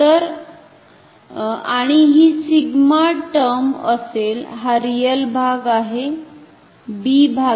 तर आणि हि सिग्मा टर्म असेल हा रियल भाग